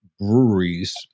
breweries